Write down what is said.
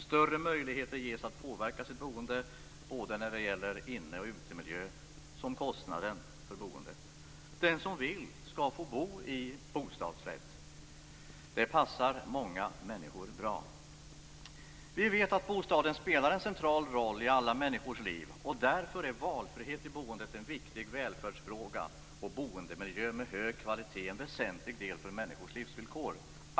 Större möjligheter ges att påverka sitt boende både när det gäller inne och utemiljö och kostnaden för boendet. Den som vill skall få bo i bostadsrätt. Det passar många människor bra. Vi vet att bostaden spelar en central roll i alla människors liv. Därför är valfrihet i boendet en viktig välfärdsfråga, och boendemiljö med hög kvalitet en väsentlig del av människors livsvillkor.